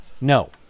No